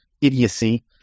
idiocy